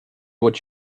what